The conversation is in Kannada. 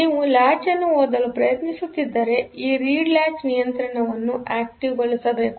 ನೀವು ಲಾಚ್ ಅನ್ನು ಓದಲು ಪ್ರಯತ್ನಿಸುತ್ತಿದ್ದರೆ ಈ ರೀಡ್ ಲಾಚ್ ನಿಯಂತ್ರಣವನ್ನು ಆಕ್ಟಿವ್ ಗೊಳಿಸಬೇಕು